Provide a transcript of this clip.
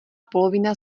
polovina